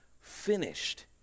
finished